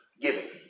giving